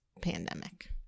pandemic